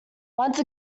once